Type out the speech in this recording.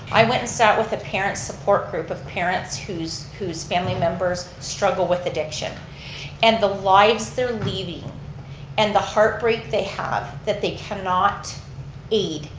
i went to and start with a parent support group of parents whose whose family members struggle with addiction and the lives they're leading and the heartbreak they have that they cannot aid,